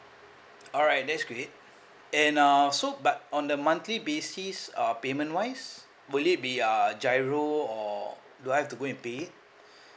alright that's great and uh so but on the monthly basis uh payment wise will it be uh GIRO or do I have to go and pay